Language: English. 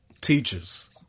teachers